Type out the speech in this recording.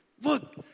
Look